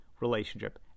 relationship